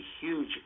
huge